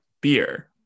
beer